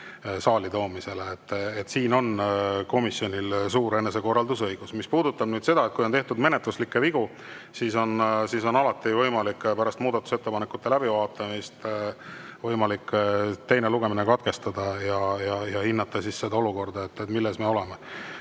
saali toomisele. Siin on komisjonil suur enesekorraldusõigus. Mis puudutab nüüd seda, kui on tehtud menetluslikke vigu, siis on alati võimalik pärast muudatusettepanekute läbivaatamist teine lugemine katkestada ja hinnata olukorda, milles me oleme.